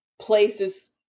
places